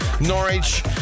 Norwich